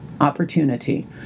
opportunity